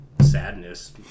sadness